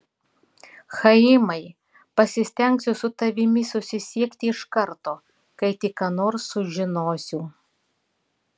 chaimai pasistengsiu su tavimi susisiekti iš karto kai tik ką nors sužinosiu